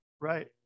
right